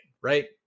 Right